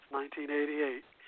1988